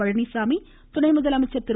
பழனிச்சாமி துணை முதலமைச்சர் திரு